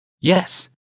Yes